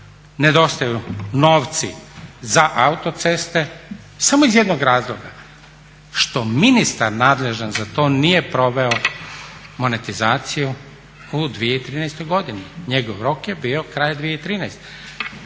nedostaju novci za autoceste samo iz jednog razloga, što ministar nadležan za to nije proveo monetizaciju u 2013.godini, njegov rok je bio kraj 2013. Cijeli